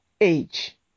age